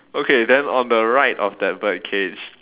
okay then on the right of that bird cage